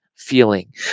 Feeling